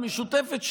המשותפת,